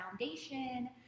foundation